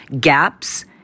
gaps